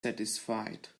satisfied